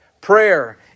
Prayer